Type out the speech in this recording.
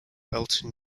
elton